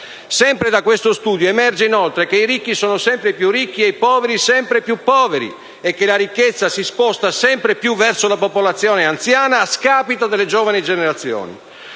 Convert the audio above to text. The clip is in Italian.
Sempre da questo studio, emerge, inoltre, che i ricchi sono sempre più ricchi e i poveri sempre più poveri e che la ricchezza si sposta sempre più verso la popolazione anziana, a scapito delle giovani generazioni.